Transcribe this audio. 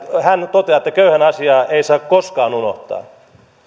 hän toteaa että köyhän asiaa ei saa koskaan unohtaa